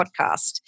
podcast